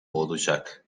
olacak